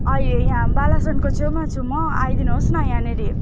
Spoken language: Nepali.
अहिले यहाँ बालसनको छेउमा छु म आइदिनुहोस् न यहाँनेरि